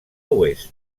oest